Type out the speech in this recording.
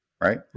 right